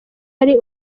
ari